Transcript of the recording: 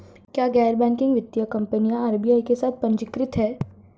क्या गैर बैंकिंग वित्तीय कंपनियां आर.बी.आई के साथ पंजीकृत हैं?